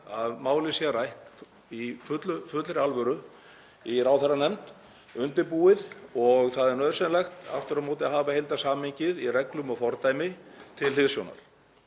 að málið sé rætt í fullri alvöru í ráðherranefnd og undirbúið. Það er nauðsynlegt aftur á móti að hafa heildarsamhengið í reglum og fordæmi til hliðsjónar.